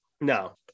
No